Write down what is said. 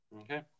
okay